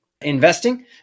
investing